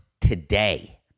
today